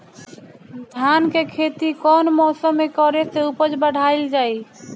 धान के खेती कौन मौसम में करे से उपज बढ़ाईल जाई?